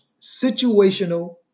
situational